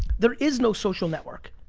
there is no social network.